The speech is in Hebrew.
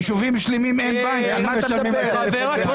על מה אתה מדבר?